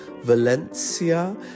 Valencia